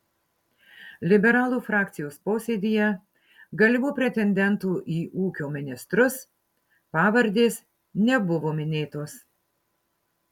liberalų frakcijos posėdyje galimų pretendentų į ūkio ministrus pavardės nebuvo minėtos